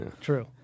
True